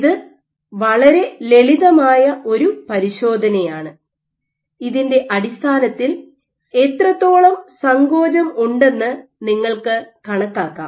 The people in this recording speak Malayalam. ഇത് വളരെ ലളിതമായ ഒരു പരിശോധനയാണ് ഇതിന്റെ അടിസ്ഥാനത്തിൽ എത്രത്തോളം സങ്കോചം ഉണ്ടെന്ന് നിങ്ങൾക്ക് കണക്കാക്കാം